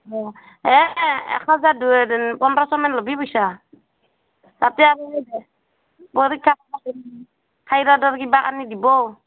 অঁ এই এক হজাৰ দু এ পোন্ধৰছমান ল'বি পইছা তাতে আৰু পৰীক্ষা থাইৰয়ডৰ কিবা কাৰণে দিব